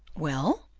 well?